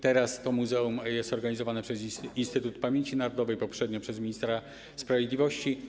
Teraz to muzeum jest organizowane przez Instytut Pamięci Narodowej, poprzednio przez ministra sprawiedliwości.